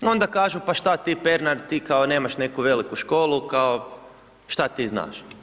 Onda kažu, pa šta ti Pernar, ti kao nemaš neku veliku školu, kao šta ti znaš?